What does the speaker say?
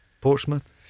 Portsmouth